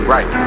Right